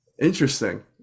Interesting